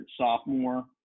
sophomore